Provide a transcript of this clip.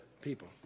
people